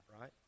right